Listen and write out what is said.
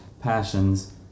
passions